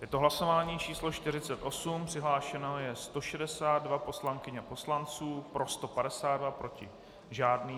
Je to hlasování číslo 48, přihlášeno 162 poslankyň a poslanců, pro 152, proti žádný.